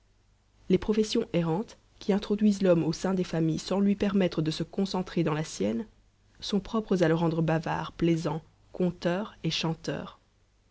les professions errantes qui introduisent l'homme au sein des familles sans lui permettre de se concentrer dans la sienne sont propres à le rendre bavard plaisant conteur et chanteur